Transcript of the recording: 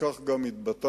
וכך גם התבטא,